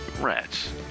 rats